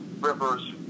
Rivers